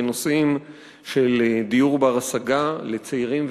בנושאים של דיור בר-השגה לצעירים ובכלל,